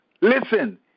Listen